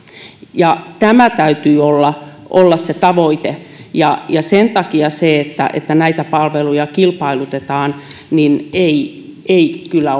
tämän täytyy olla olla se tavoite ja ja sen takia se että että näitä palveluja kilpailutetaan ei ei kyllä